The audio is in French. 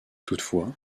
toutefois